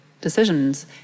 decisions